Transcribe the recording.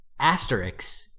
Asterix